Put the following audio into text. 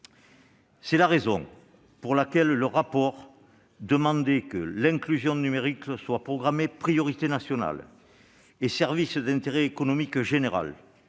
C'est la raison pour laquelle le rapport demandait que l'inclusion numérique soit proclamée priorité nationale et service d'intérêt économique général.